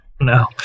No